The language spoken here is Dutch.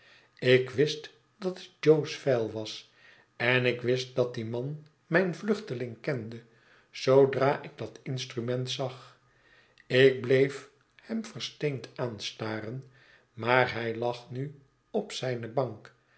ik wist dat het jo's vijl was en ik wist dat die man mijn vluchteling kende zoodra ik dat instrument zag ik bleef hem versteend aanstaren maar hij lag nu op zijne bank